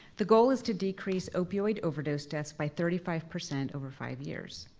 the goal is to decrease opioid overdose deaths by thirty five percent over five years.